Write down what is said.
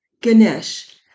Ganesh